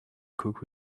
cook